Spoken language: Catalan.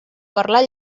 parlar